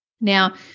Now